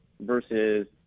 versus